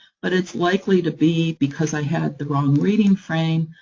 but it's likely to be because i had the wrong reading frame.